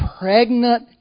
pregnant